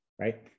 Right